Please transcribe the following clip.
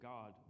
God